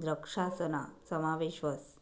द्रक्षासना समावेश व्हस